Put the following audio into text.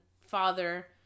father